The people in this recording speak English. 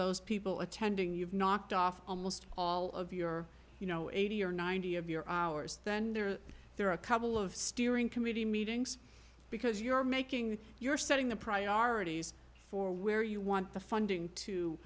those people attending you've knocked off almost all of your you know eighty or ninety of your hours then there are there are a couple of steering committee meetings because you're making you're setting the priorities for where you want the funding